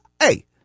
hey